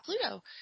Pluto